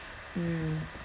mm